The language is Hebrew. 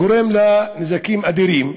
גורם לנזקים אדירים.